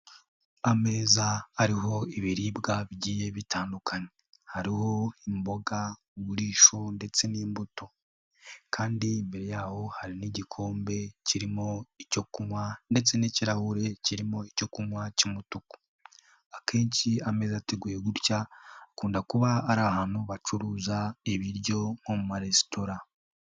Ameza ariho ibiribwa bigiye bitandukanye hariho imbogagurisho ndetse n'imbuto kandi imbere yaho hari n'igikombe kirimo icyo kunywa ndetse n'ikirahure kirimo icyo kunywa cy'umutuku, akenshi ameze ateguye gutya akunda kuba ari ahantu bacuruza ibiryo nko mu maresitora.